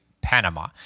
Panama